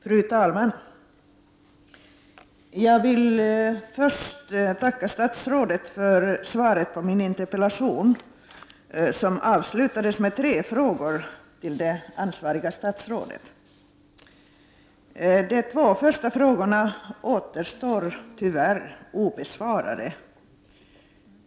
Fru talman! Jag vill först tacka statsrådet för svaret på min interpellation som avslutades med tre frågor till det ansvariga statsrådet. De två första frågorna återstår tyvärr obesvarade.